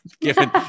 given